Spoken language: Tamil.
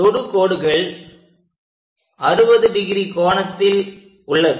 தொடுகோடுகள் 60° கோணத்தில் உள்ளது